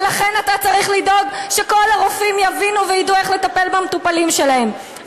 לכן אתה צריך לדאוג שכל הרופאים יבינו וידעו איך לטפל במטופלים שלהם,